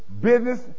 business